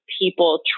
people